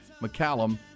McCallum